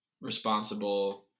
responsible